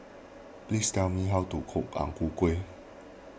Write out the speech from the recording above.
please tell me how to cook Ang Ku Kueh